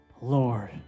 Lord